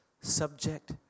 subject